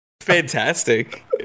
fantastic